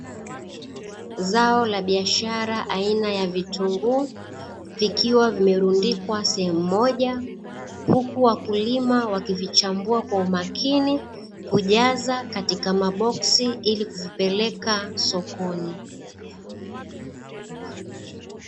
Zao la biashara aina ya vitunguu vikiwa vimerundikwa sehemu moja huku wakulima wakivichambua kwa umakini, kujaza katika maboksi ili kuvipeleka sokoni.